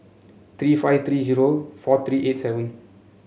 three five three zero four three eight seven